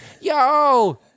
yo